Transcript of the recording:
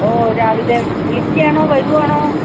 ഓ രാവിലെ വിളിക്കുകയാണോ വരികയാണോ